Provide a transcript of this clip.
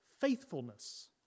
faithfulness